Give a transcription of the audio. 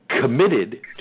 committed